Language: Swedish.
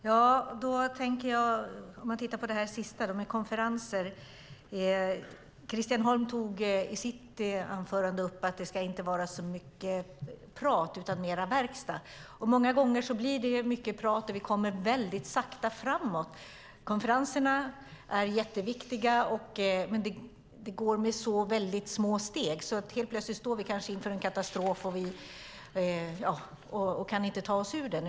Fru talman! Låt mig ta upp det sista som sades, det om konferenser. Christian Holm tog i sitt anförande upp att det inte ska vara så mycket prat utan mer verkstad. Många gånger blir det mycket prat och det går sakta framåt. Konferenserna är viktiga, men det går med små steg. Helt plötsligt står vi inför en katastrof och kan inte ta oss ur den.